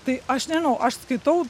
tai aš nežinau aš skaitau